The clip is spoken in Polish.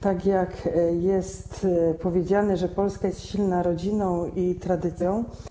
Tak jak zostało powiedziane, Polska jest silna rodziną i tradycją.